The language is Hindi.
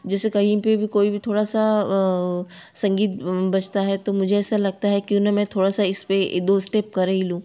जैसे कही पर भी कोई भी थोड़ा सा संगीत बजता है तो मुझे ऐसा लगता है क्यों ना मैं इस पर एक दो स्टेप कर ही लूँ